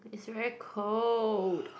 it's very cold